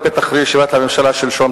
בפתח ישיבת הממשלה שלשום,